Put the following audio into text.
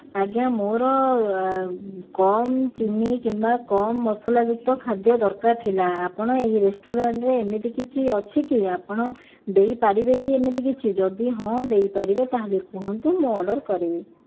ଆଜ୍ଞା ମୋର କମ୍ ଚିନି କିମ୍ବା କମ୍ ମସଲା ଯୁକ୍ତ ଖାଦ୍ୟ ଦରକାର ଥିଲା ଆପଣ ଏହି ରେଷ୍ଟୁରାଣ୍ଟରେ ଏମିତି କିଛି ଅଛି କି ଆପଣ ଦେଇପାରିବେ କି ଏମିତି କିଛି ଯଦି ହଁ ଦେଇପାରିବେ ତା'ହେଲେ କୁହନ୍ତୁ ମୁଁ ଅର୍ଡ଼ର କରିବି